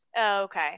okay